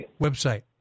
website